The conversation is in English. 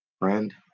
Friend